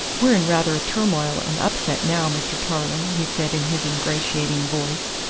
we're in rather a turmoil and upset now, mr. tarling, he said in his ingratiating voice,